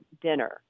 dinner